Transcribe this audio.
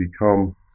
Become